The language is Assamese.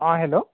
অঁ হেল্ল'